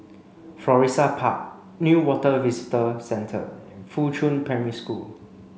Florissa Park Newater Visitor Centre and Fuchun Primary School